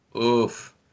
Oof